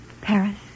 Paris